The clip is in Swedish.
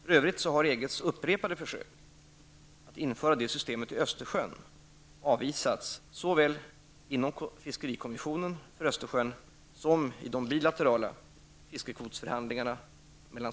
För övrigt har EGs upprepade försök att införa systemet i Östersjön avvisats såväl inom Fiskerikommissionen för Östersjön som i de bilaterala fiskekvotsförhandlingarna mellan